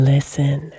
Listen